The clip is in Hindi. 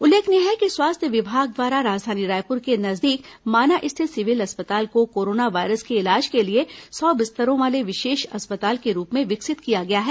उल्लेखनीय है कि स्वास्थ्य विभाग द्वारा राजधानी रायपुर के नजदीक माना रिथित सिविल अस्पताल को कोरोना वायरस के इलाज के लिए सौ बिस्तरों वाले विशेष अस्पताल के रूप में विकसित किया गया है